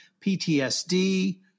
PTSD